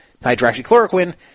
hydroxychloroquine